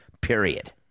period